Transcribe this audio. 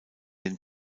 den